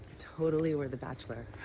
totally were the bachelor.